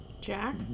Jack